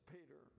Peter